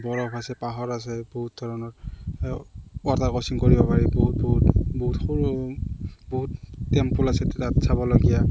বৰফ আছে পাহৰ আছে বহুত ধৰণৰ ৱাটাৰ ক্ৰছিং কৰিব পাৰি বহুত বহুত বহুত সৰু সৰু বহুত টেম্পুল আছে তাত চাবলগীয়া